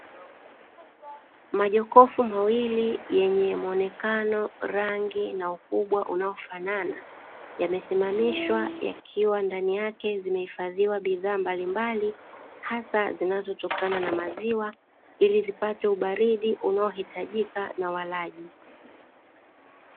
Majokofu mawili yenye muonekano rangi na ukubwa unaofanana yamesimamishwa yakiwa ndani yake, zimeifadhiwa bidhaa mbalimbali hasa zinazo tokana na maziwa ili zipate ubaridi unaohitajika na walaji.